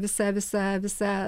visa visa visa